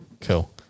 Cool